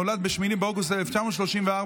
נולד ב-8 באוגוסט 1934,